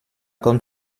comme